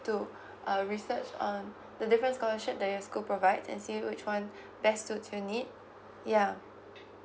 to uh research on the different scholarship that your school provide and see which one best suits your need ya